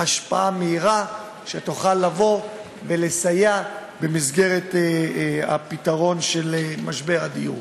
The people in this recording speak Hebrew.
ומהירה שתוכל לסייע בפתרון משבר הדיור.